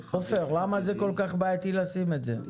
-- עופר, למה זה כל כך בעייתי לשים את זה?